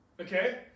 Okay